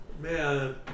man